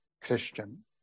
Christian